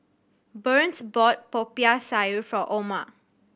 Burns bought Popiah Sayur for Oma